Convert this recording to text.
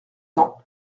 temps